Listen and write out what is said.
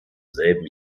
selben